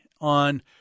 on